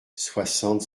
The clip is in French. soixante